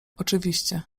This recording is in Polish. oczywiście